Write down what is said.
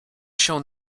się